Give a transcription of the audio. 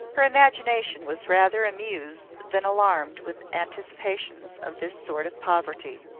her imagination was rather amused than alarmed with anticipations of this sort of poverty.